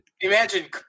Imagine